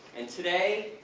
and today,